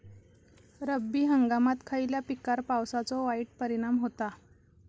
रब्बी हंगामात खयल्या पिकार पावसाचो वाईट परिणाम होता?